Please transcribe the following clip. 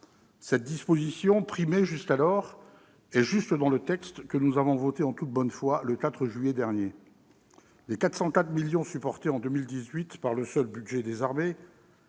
Cette disposition primait jusqu'alors et jusque dans le texte que nous avons voté en toute bonne foi le 4 juillet dernier. Les 404 millions d'euros supportés en 2018 par le seul budget des armées